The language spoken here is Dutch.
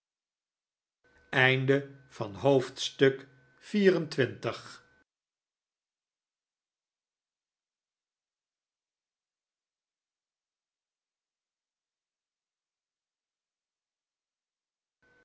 hoofdstuk van deze